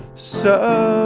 so